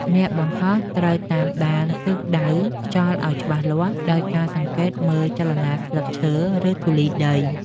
អ្នកបង្ហោះត្រូវតាមដានទិសដៅខ្យល់ឱ្យច្បាស់លាស់ ដោយការសង្កេតមើលចលនាស្លឹកឈើ ឬធូលីដី។